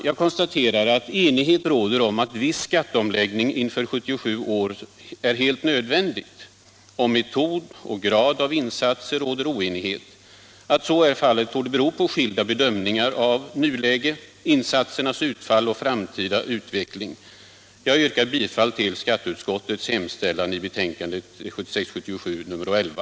Jag konstaterar att enighet råder om att viss skatteomläggning inför år 1977 är helt nödvändig. Om metod och grad av insatser råder oenighet. Att så är fallet torde bero på skilda bedömningar av nuläge, insatsernas utfall och den framtida utvecklingen. Jag yrkar bifall till skatteutskottets hemställan i betänkandet nr 11.